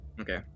Okay